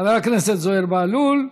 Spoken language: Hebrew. חבר הכנסת זוהיר בהלול,